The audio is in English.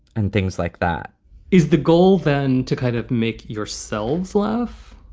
and things like that is the goal then to kind of make yourselves laugh?